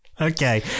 Okay